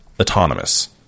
autonomous